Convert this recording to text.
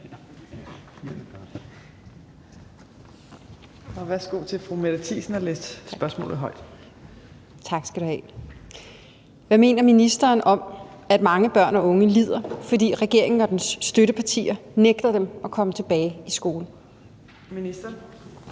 Værsgo til fru Mette Thiesen til at læse spørgsmålet højt. Kl. 15:19 Mette Thiesen (NB): Tak. Hvad mener ministeren om, at mange børn og unge lider, fordi regeringen og dens støttepartier nægter dem at komme tilbage i skole? Kl.